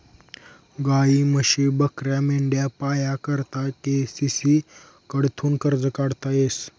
गायी, म्हशी, बकऱ्या, मेंढ्या पाया करता के.सी.सी कडथून कर्ज काढता येस